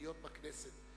להיות בכנסת.